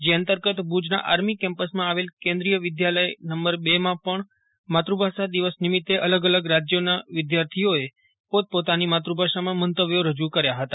જે અંતર્ગત ભુજનાં આર્મી કેમ્પસમાં આવેલ કેન્દ્ર વિદ્યાલય નંબર રમાં પણ માતૃભાષા દિવસ નિમિત્તે અલગ અલગ રાજ્યોના વિદ્યાર્થીઓએ પોતપોતાની માતુભાષામાં મંતવ્યો રજુ કર્યા હતા